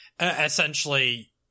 essentially